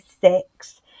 six